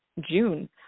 June